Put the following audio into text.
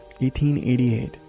1888